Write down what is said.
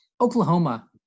Oklahoma